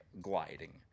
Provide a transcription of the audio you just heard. gliding